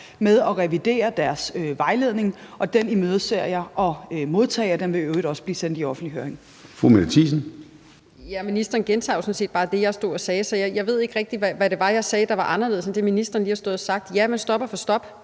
med at revidere deres vejledning. Den imødeser jeg at modtage, og den vil i øvrigt også blive sendt i offentlig høring. Kl. 13:21 Formanden (Søren Gade): Fru Mette Thiesen. Kl. 13:21 Mette Thiesen (DF): Ministeren gentager jo sådan set bare det, jeg stod og sagde. Så jeg ved ikke rigtig, hvad det var, jeg sagde, der var anderledes end det, som ministeren lige har stået og sagt. Ja, man stopper for